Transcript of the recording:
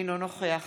אינו נוכח